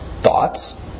thoughts